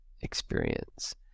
experience